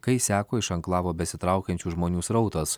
kai išseko iš anklavo besitraukiančių žmonių srautas